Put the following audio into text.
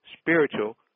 spiritual